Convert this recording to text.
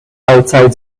outside